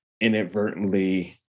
inadvertently